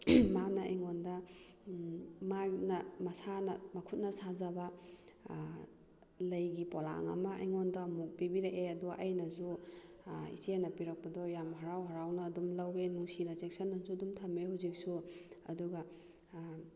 ꯃꯥꯅ ꯑꯩꯉꯣꯟꯗ ꯃꯥꯅ ꯃꯁꯥꯅ ꯃꯈꯨꯠꯅ ꯁꯥꯖꯕ ꯂꯩꯒꯤ ꯄꯣꯂꯥꯡ ꯑꯃ ꯑꯩꯉꯣꯟꯗ ꯑꯃꯨꯛ ꯄꯤꯕꯤꯔꯛꯑꯦ ꯑꯗꯣ ꯑꯩꯅꯁꯨ ꯏꯆꯦꯅ ꯄꯤꯔꯛꯄꯗꯣ ꯌꯥꯝ ꯍꯔꯥꯎ ꯍꯔꯥꯎꯅ ꯑꯗꯨꯝ ꯂꯧꯋꯦ ꯅꯨꯡꯁꯤꯅ ꯆꯦꯛꯁꯟꯅꯁꯨ ꯑꯗꯨꯝ ꯊꯝꯃꯦ ꯍꯧꯖꯤꯛꯁꯨ ꯑꯗꯨꯒ